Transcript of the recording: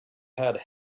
had